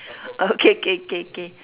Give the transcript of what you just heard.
okay K K K